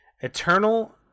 Eternal